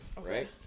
right